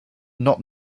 not